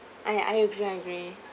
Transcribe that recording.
I I agree I agree